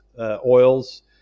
oils